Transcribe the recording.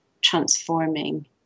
transforming